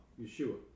Yeshua